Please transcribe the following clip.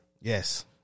Yes